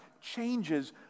changes